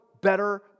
better